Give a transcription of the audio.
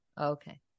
Okay